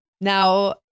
Now